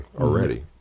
already